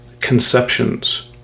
conceptions